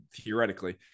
theoretically